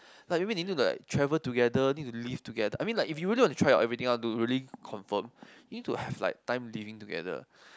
like maybe they need to like travel together need to live together I mean like if you really want to try out everything out to really confirm you need to have like time living together